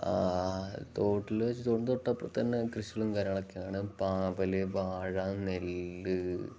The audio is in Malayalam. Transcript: തോട്ടിൽ എന്ന് വെച്ചാൽ തോട്ടിന്റെ തൊട്ടപ്പുറത്ത് തന്നെ കൃഷികളും കാര്യങ്ങളൊക്കെയാണ് പാവൽ വാഴ നെല്ല്